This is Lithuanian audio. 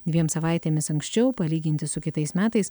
dviem savaitėmis anksčiau palyginti su kitais metais